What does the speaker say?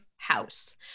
House